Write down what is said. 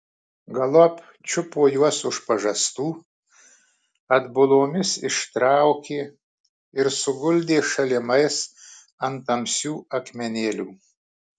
galop čiupo juos už pažastų atbulomis ištraukė ir suguldė šalimais ant tamsių akmenėlių